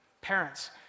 Parents